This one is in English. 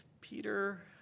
Peter